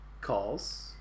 Calls